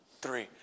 three